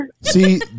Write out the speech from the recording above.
See